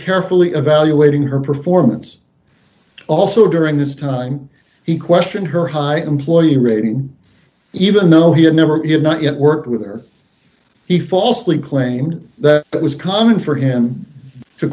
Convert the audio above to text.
carefully evaluating her performance also during this time he questioned her high employee rating even though he had never even not yet worked with her he falsely claimed that it was common for him to